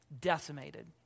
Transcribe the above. decimated